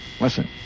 listen